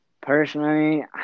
Personally